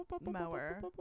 Mower